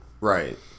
Right